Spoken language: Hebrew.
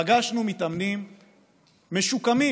פגשנו מתאמנים משוקמים,